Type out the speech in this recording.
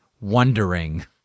wondering